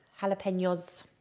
Jalapenos